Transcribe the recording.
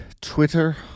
twitter